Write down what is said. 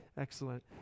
Excellent